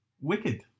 Wicked